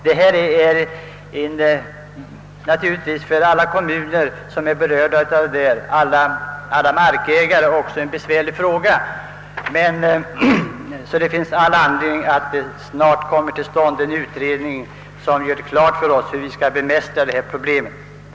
Då detta som sagt är en besvärlig fråga inte bara för berörda kommuner utan även för markägarna, är det angeläget att snarast få klargjort hur vi skall kunna bemästra problemet.